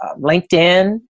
LinkedIn